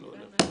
לא הולך.